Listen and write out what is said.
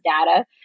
data